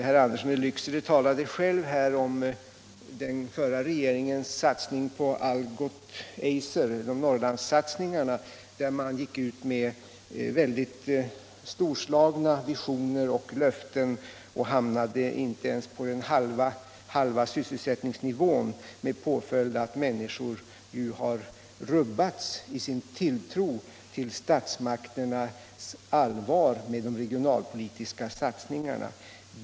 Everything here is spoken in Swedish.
Herr Andersson i Lycksele talade själv om den förra regeringens Norrlandssatsningar på Algots och Eiser där man gick ut med väldigt storslagna visioner och löften men inte ens hamnade på den halva sysselsättningsnivån, med påföljd att människor nu har rubbats i sin tilltro till statsmakternas allvar med de regionalpolitiska satsningarna.